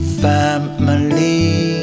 family